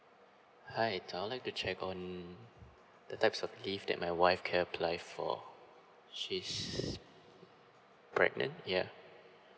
hi I would like to check on the types of leave that my wife can apply for she's pregnant yeah